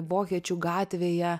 vokiečių gatvėje